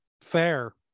fair